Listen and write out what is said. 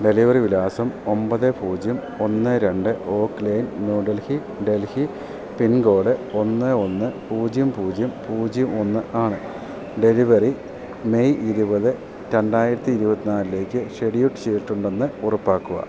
delivery വിലാസം ഒമ്പത് പൂജ്യം ഒന്ന് രണ്ട് ഓക്ല ന്യൂഡൽഹി ഡൽഹി പിൻകോഡ് ഒന്ന് ഒന്ന് പൂജ്യം പൂജ്യം പൂജ്യം ഒന്ന് ആണ് ഡെലിവറി മെയ് ഇരുപത് രണ്ടായിരത്തി ഇരുപത്തിനാലിലേക്ക് ഷെഡ്യൂൾ ചെയ്തിട്ടുണ്ടെന്ന് ഉറപ്പാക്കുക